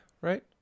right